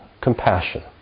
compassion